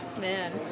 Man